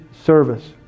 service